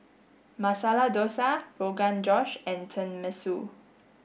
Masala Dosa Rogan Josh and Tenmusu